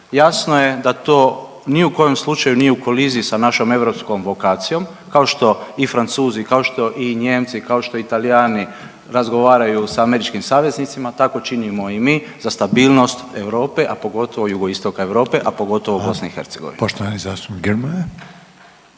jasno je da to ni u kojem slučaju nije u koliziji sa našom europskom vokacijom kao što i Francuzi, kao što i Nijemci, kao što i Talijani razgovaraju sa američkim saveznicima tako činimo i mi za stabilnost Europe, a pogotovo jugoistoka Europe, a pogotovo BiH. **Reiner, Željko (HDZ)** Hvala. Poštovani zastupnik Grmoja.